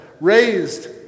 raised